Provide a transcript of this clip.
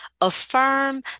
Affirm